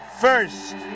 first